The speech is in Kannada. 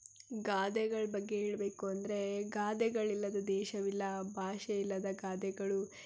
ಗಾದೆಗಳ ಬಗ್ಗೆ ಹೇಳಬೇಕು ಅಂದರೆ ಗಾದೆಗಳಿಲ್ಲದ ದೇಶವಿಲ್ಲ ಭಾಷೆ ಇಲ್ಲದ ಗಾದೆಗಳು